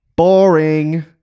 Boring